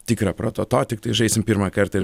tikrą prototo tiktai žaisim pirmą kartą ir